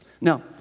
Now